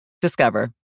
Discover